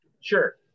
Sure